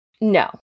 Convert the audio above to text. No